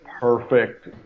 Perfect